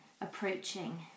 approaching